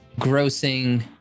grossing